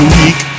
weak